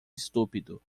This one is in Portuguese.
estúpido